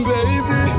Baby